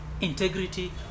integrity